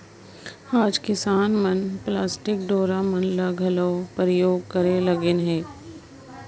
आएज किसान मन पलास्टिक डोरा मन ल घलो परियोग करे लगिन अहे